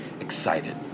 excited